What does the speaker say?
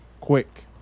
quick